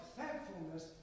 thankfulness